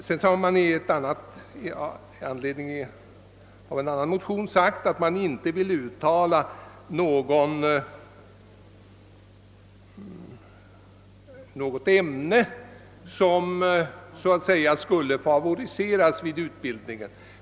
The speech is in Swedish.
Det har med anledning av en annan Motion sagts, att man inte vill framhålla något särskilt ämne som så att Säga skulle favoriseras när det gäller Ararfortbildningen.